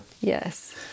Yes